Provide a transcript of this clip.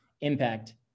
impact